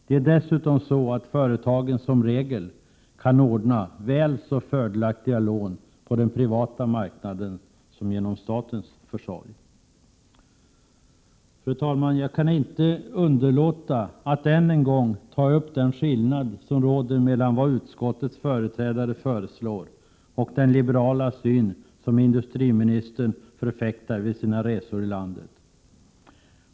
Det är dessutom så att företagen som regel kan ordna väl så fördelaktiga lån på den privata marknaden som genom statens försorg. Fru talman! Jag kan inte underlåta att än en gång ta upp den skillnad som råder mellan vad utskottets företrädare föreslår och den liberala syn som industriministern förfäktar vid sina resor i landet.